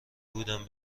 بودیم